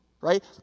Right